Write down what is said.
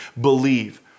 believe